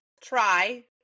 try